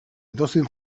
edozein